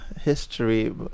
history